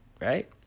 right